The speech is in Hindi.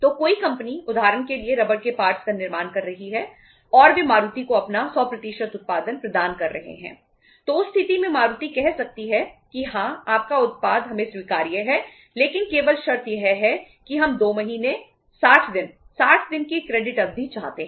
तो कोई कंपनी उदाहरण के लिए रबर के पार्ट्स अवधि चाहते हैं